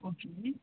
ஓகேங்க